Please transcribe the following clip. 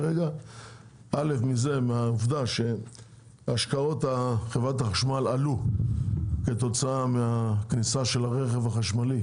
ראשית מהעובדה שהשקעות חברת החשמל עלו כתוצאה מהכניסה של הרכב החשמלי,